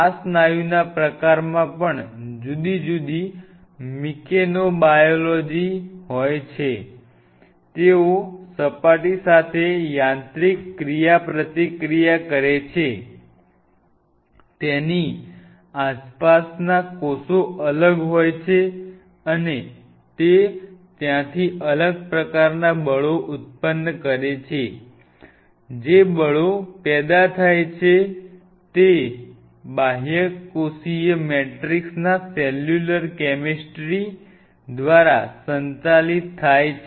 આ સ્નાયુના પ્રકારમાં પણ જુદી જુદી મિકેનોબાયોલોજી હોય છે તેઓ સપાટી સાથે યાંત્રિક ક્રિયાપ્રતિક્રિયા કરે છે તેની આસપાસના કોષો અલગ હોય છે અને તે ત્યાંથી અલગ પ્રકારના બળો ઉત્પન્ન કરે છે જ બળ પેદા થાય છે તે બાહ્યકોષીય મેટ્રિક્સના સેલ્યુલર કેમેસ્ટ્રી દ્વારા સંચાલિત થાય છે